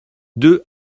deux